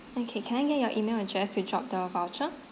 okay can I get your email address to drop the voucher